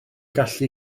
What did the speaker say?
gallu